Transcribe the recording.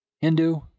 Hindu